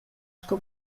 sco